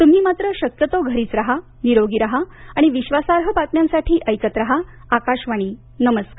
तुम्ही मात्र शक्यतो घरीच रहा निरोगी रहा आणि विश्वासार्ह बातम्यांसाठी ऐकत रहा आकाशवाणी नमस्कार